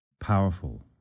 Powerful